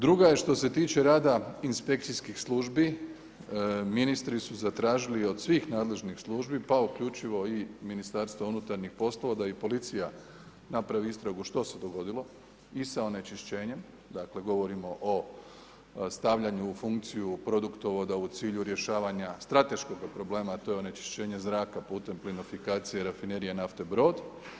Druga je što se tiče rada inspekcijskih službi, ministri su zatražili i od svih nadležnih službi pa uključivo i Ministarstva unutarnjih poslova da i policija napravi istragu što se dogodilo i sa onečišćenjem, dakle govorimo o stavljanju u funkciju produktovoda u cilju rješavanja strateškoga problema a to je onečišćenje zraka putem plinofikacije Rafinerije nafte Brod.